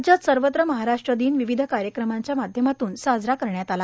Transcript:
राज्यात सर्वत्र महाराष्ट्र दिन विविध कार्यक्रमांच्या माध्यमातून साजरा करण्यात आला